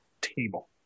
table